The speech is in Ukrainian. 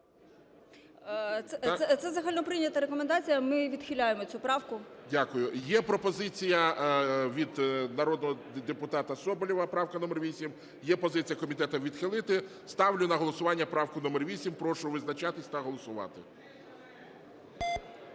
Це загальноприйнята рекомендація. Ми відхиляємо цю правку. ГОЛОВУЮЧИЙ. Дякую. Є пропозиція від народного депутата Соболєва, правка номер 8. Є позиція комітету – відхилити. Ставлю на голосування правку номер 8. Прошу визначатись та голосувати.